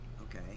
okay